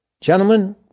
gentlemen